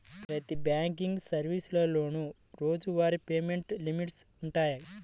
ప్రతి బ్యాంకింగ్ సర్వీసులోనూ రోజువారీ పేమెంట్ లిమిట్స్ వుంటయ్యి